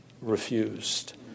refused